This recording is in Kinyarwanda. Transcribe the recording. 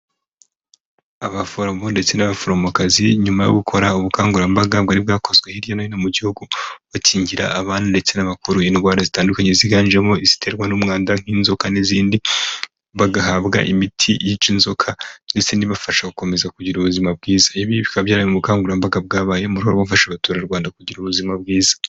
Abaforomo ndetse n'abaforomokazi, nyuma yo gukora ubukangurambaga bwari bwakozwe hirya no hino mu gihugu, bakingira abana ndetse n'abakuru, indwara zitandukanye ziganjemo iziterwa n'umwanda, nk'inzoka n'izindi. Bagahabwa imiti yica inzoka ndetse n'ibafasha gukomeza kugira ubuzima bwiza. Ibi bikaba byari mu bukangurambaga bwabaye mu rwego rwo gufasha abaturarwanda kugira ubuzima bwiza.